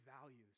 values